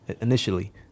initially